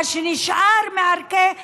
מה שנשאר מערכי השוויון,